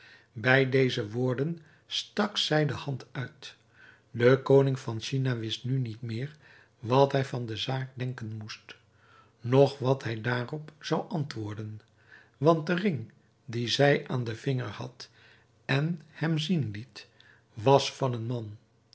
bij deze woorden stak zij de hand uit de koning van china wist nu niet meer wat hij van de zaak denken moest noch wat hij daarop zou antwoorden want de ring dien zij aan den vinger had en hem zien liet was van een man